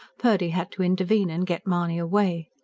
purdy had to intervene and get mahony away.